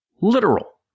literal